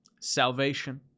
salvation